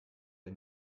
der